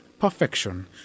perfection